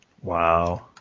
Wow